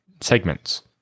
segments